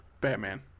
Batman